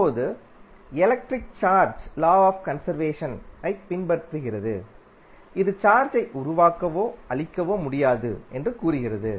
இப்போது electric charge law of conservation ஐப் பின்பற்றுகிறது இது சார்ஜை உருவாக்கவோ அழிக்கவோ முடியாது என்று கூறுகிறது